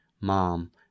mom